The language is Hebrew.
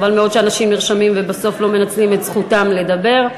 חבל מאוד שאנשים נרשמים ובסוף לא מנצלים את זכותם לדבר.